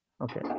Okay